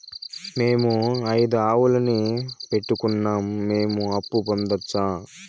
మేము ఐదు ఆవులని పెట్టుకున్నాం, మేము అప్పు పొందొచ్చా